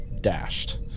dashed